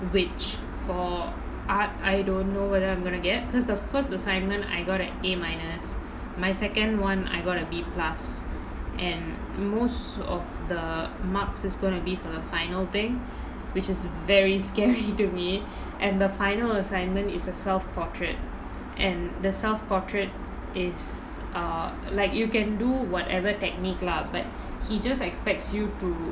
which for art I don't know whether I'm gonna get because the first assignment I got an A minus my second one I got a B plus and most of the marks is gonna be for the final thing which is very scary to me and the final assignment is a self portrait and the self portrait is err like you can do whatever technique lah but he just expects you to